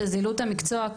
של זילות המקצוע.